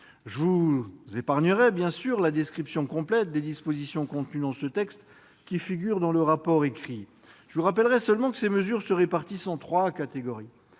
mes chers collègues, la description complète des dispositions contenues dans ce texte qui figure dans le rapport écrit. Je vous rappellerai seulement que ces mesures se répartissent en trois catégories